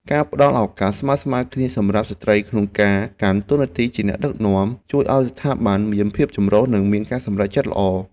ការផ្តល់ឱកាសស្មើៗគ្នាសម្រាប់ស្ត្រីក្នុងការកាន់តួនាទីជាអ្នកដឹកនាំ ជួយឱ្យស្ថាប័នមានភាពចម្រុះនិងមានការសម្រេចចិត្តល្អ។